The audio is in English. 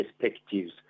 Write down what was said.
perspectives